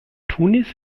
tunis